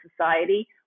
society